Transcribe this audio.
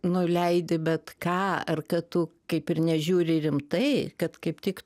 nu leidi bet ką ar kad tu kaip ir nežiūri rimtai kad kaip tik